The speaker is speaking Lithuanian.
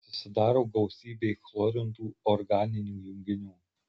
susidaro gausybė chlorintų organinių junginių